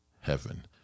heaven